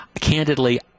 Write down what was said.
Candidly